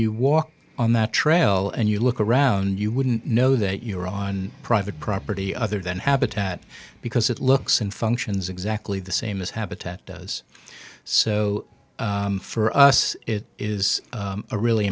you walk on that trail and you look around you wouldn't know that you're on private property other than habitat because it looks in functions it's ackley the same as habitat does so for us it is a really